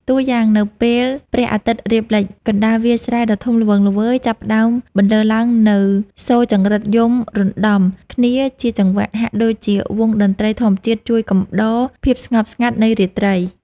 តួយ៉ាង នៅពេលព្រះអាទិត្យរៀបលិច កណ្ដាលវាលស្រែដ៏ធំល្វឹងល្វើយ ចាប់ផ្ដើមបន្លឺឡើងនូវសូរចង្រិតយំរដំគ្នាជាចង្វាក់ ហាក់ដូចជាវង់តន្ត្រីធម្មជាតិជួយកំដរភាពស្ងប់ស្ងាត់នៃរាត្រី។